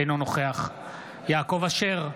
אינו נוכח יעקב אשר,